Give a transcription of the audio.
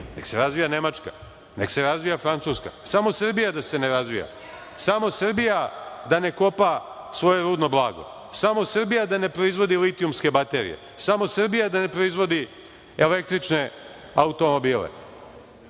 nek se razvija Nemačka, nek se razvija Francuska, samo Srbija da se ne razvija, samo Srbija da ne kopa svoje rudno blago, samo Srbija da ne proizvodi litijumske baterije, samo Srbija da ne proizvodi električne automobile. Dakle,